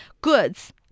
goods